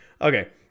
okay